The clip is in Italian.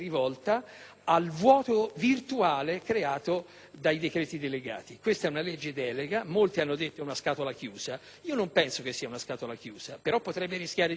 al vuoto virtuale creato dai decreti delegati. Questa è una legge delega, di cui molti hanno detto che è una scatola chiusa: io non penso che sia così, però potrebbe rischiare di esserlo.